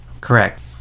Correct